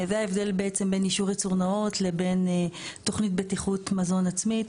זה ההבדל בעצם בין אישור ייצור נאות לבין תוכנית בטיחות מזון עצמית.